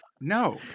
No